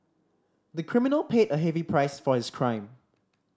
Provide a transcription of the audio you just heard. the criminal paid a heavy price for his crime